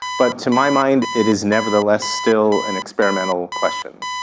but to my mind it is nevertheless still an experimental question.